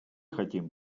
хотим